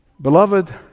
Beloved